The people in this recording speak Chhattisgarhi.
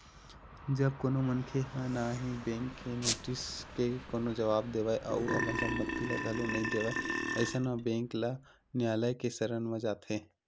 जब कोनो मनखे ह ना ही बेंक के नोटिस के कोनो जवाब देवय अउ अपन संपत्ति ल घलो नइ देवय अइसन म बेंक ल नियालय के सरन म जाथे